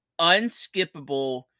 unskippable